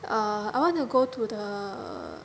err I want to go to the err